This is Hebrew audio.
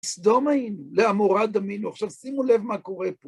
כסדום היינו? לעמורה דמינו?, עכשיו שימו לב מה קורה פה.